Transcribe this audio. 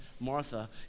Martha